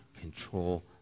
control